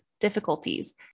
difficulties